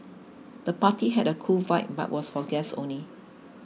the party had a cool vibe but was for guests only